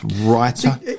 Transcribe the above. writer